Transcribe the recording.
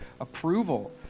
approval